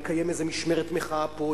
לקיים איזו משמרת מחאה פה,